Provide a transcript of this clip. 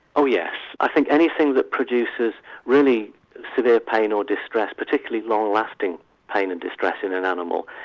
oh yes, i think anything that produces really severe pain or distress, particularly long asting pain and distress in an animal,